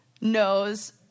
knows